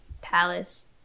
palace